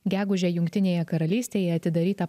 gegužę jungtinėje karalystėje atidaryta